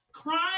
Crime